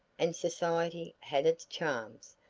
and society had its charms,